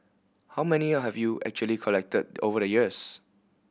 how many have you actually collected over the years